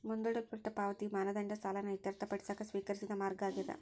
ಮುಂದೂಡಲ್ಪಟ್ಟ ಪಾವತಿಯ ಮಾನದಂಡ ಸಾಲನ ಇತ್ಯರ್ಥಪಡಿಸಕ ಸ್ವೇಕರಿಸಿದ ಮಾರ್ಗ ಆಗ್ಯಾದ